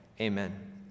Amen